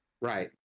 Right